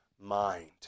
mind